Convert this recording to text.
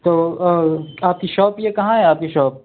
تو آپ کی شاپ یہ کہاں ہے آپ کی شاپ